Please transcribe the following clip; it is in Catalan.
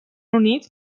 units